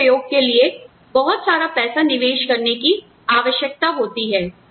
आपको प्रयोग के लिए बहुत सारा पैसा निवेश करने की आवश्यकता होती है